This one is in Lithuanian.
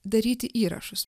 daryti įrašus